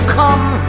come